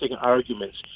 arguments